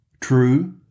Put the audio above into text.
True